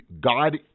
God